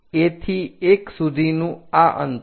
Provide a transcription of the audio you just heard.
A થી 1 સુધીનું આ અંતર